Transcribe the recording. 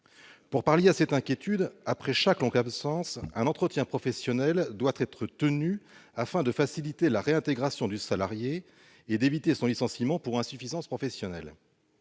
Pour pallier cette inquiétude, après chaque longue absence, un entretien professionnel doit être tenu afin de faciliter la réintégration du salarié et d'éviter son licenciement pour insuffisance professionnelle.